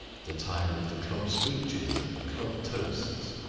the time of the club speeches and the club toasts.